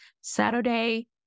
Saturday